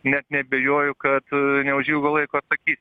net neabejoju kad neužilgo laiko atsakysim